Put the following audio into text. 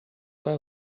qual